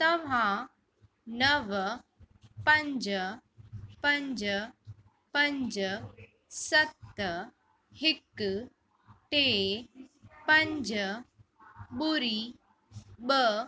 तव्हां नव पंज पंज पंज सत हिकु टे पंज ॿुड़ी ॿ